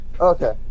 Okay